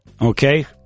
okay